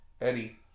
Eddie